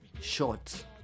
short